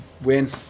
win